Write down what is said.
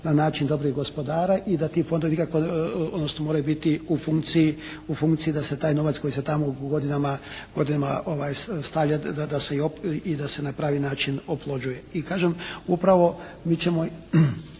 na način dobrih gospodara i da ti fondovi nikako odnosno moraju biti u funkciji da se taj novac koji se tamo godinama stavlja da se i, da se na pravi način oplođuje. I kažem upravo mi ćemo